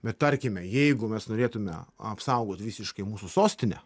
bet tarkime jeigu mes norėtumėme apsaugot visiškai mūsų sostinę